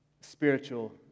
spiritual